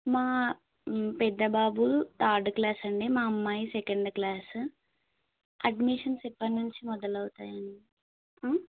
మా పెద్దబాబు third class అండి మా అమ్మాయి సెకండ్ క్లాసు అడ్మిషన్స్ ఎప్పటి నుంచి మొదలవుతాయి